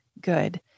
good